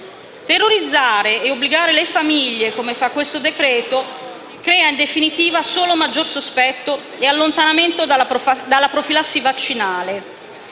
Terrorizzare e obbligare le famiglie, come fa questo decreto-legge, crea in definitiva solo maggior sospetto e allontanamento dalla profilassi vaccinale.